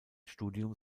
studium